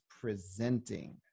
presenting